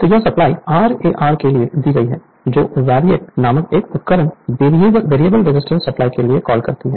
तो यह supply RAR के लिए दी गई है जो VARIAC नामक एक उपकरण वेरिएबल रेजिस्टेंस सप्लाई के लिए कॉल करती है